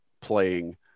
playing